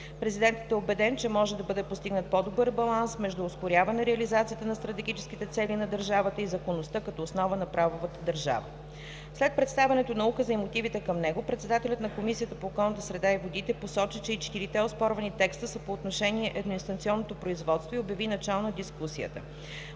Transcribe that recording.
Президентът е убеден, че може да бъде постигнат по-добър баланс между ускоряване реализацията на стратегическите цели на държавата и законността като основа на правовата държава. След представянето на Указа и мотивите към него, председателят на Комисията по околната среда и водите посочи, че и четирите оспорвани текста са по отношение едноинстанционното производство, и обяви начало на дискусията.